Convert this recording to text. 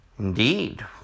Indeed